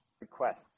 requests